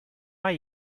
are